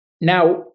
Now